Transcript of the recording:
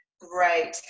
great